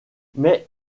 mais